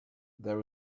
there